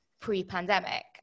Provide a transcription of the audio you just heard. pre-pandemic